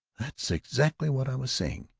that's exactly what i was saying!